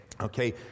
Okay